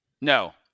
No